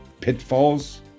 pitfalls